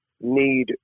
need